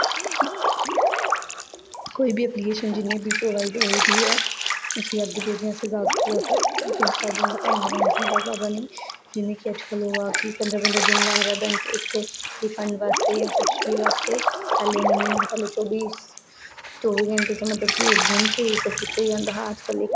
कोई बी एप्लीकेशन जि'यां बी प्रोवाइड होए ठीक ऐ उसी अग्गें भेजने आस्तै जादा तू जादा दो चार दिन दा टाइम लैना चाहिदा जादा नेईं जि'यां कि अज्जकल पंदरां पंदरां दिन लै दा बैंक इक रिफंड बास्तै जां कुछ बी आस्तै पैह्लें इ'यां नेईं होंदा हा पैह्लें चौबी चौबी घैंटे च मतलब कि इक दिन च एह् सब कुछ होई जंदा हा अज्जकल इक